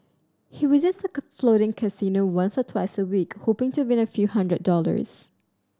he visits the floating casino once or twice a week hoping to win a few hundred dollars